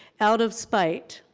out of spite.